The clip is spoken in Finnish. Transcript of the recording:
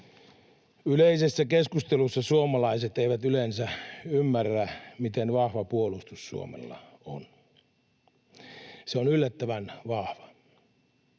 Yleisessä keskustelussa suomalaiset eivät yleensä ymmärrä, miten vahva puolustus Suomella on. Se on yllättävän vahva.